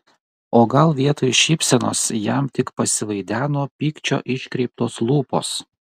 o gal vietoj šypsenos jam tik pasivaideno pykčio iškreiptos lūpos